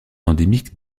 endémique